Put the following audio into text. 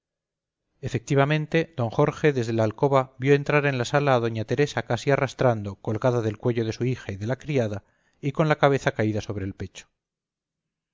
efectivamente d jorge desde la alcoba vio entrar en la sala a doña teresa casi arrastrando colgada del cuello de su hija y de la criada y con la cabeza caída sobre el pecho